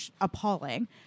Appalling